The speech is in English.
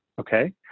Okay